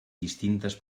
distintes